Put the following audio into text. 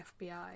FBI